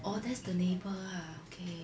orh that's the neighbour ah okay